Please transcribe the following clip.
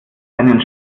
einen